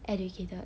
educated